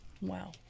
Wow